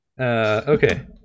okay